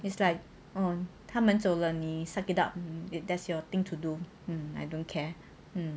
it's like oh 他们走了你 suck it up that's your thing to do mm I don't care mm